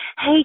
hey